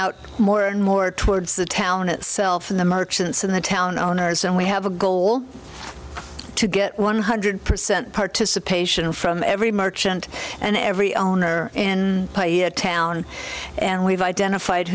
out more and more towards the town itself and the merchants and the town owners and we have a goal to get one hundred percent participation from every merchant and every owner in play a town and we've identified